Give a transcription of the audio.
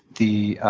the